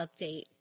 update